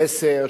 10,